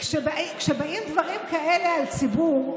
כשבאים דברים כאלה על ציבור,